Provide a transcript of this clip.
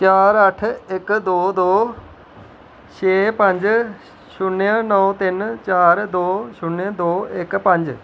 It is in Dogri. चार अट्ठ इक दो दो छे पंज शून्य नौ तिन चार दो शून्य दो इक पंज